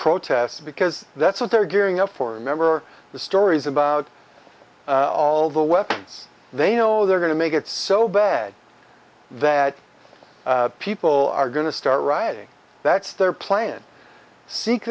protests because that's what they're gearing up for a member the stories about all the weapons they know they're going to make it so bad that people are going to start rioting that's their plan seek